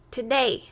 Today